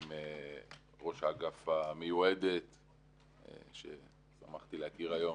עם ראש האגף המיועדת ששמחתי להכיר היום,